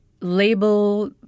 label